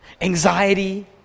anxiety